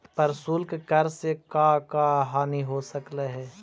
प्रशुल्क कर से का का हानि हो सकलई हे